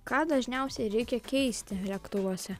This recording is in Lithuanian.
ką dažniausiai reikia keisti lėktuvuose